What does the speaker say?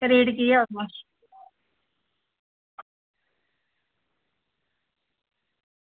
rate केह् ऐ ओह्दा